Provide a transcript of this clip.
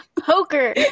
Poker